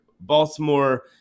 Baltimore